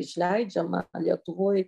išleidžiama lietuvoj